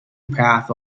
path